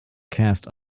cast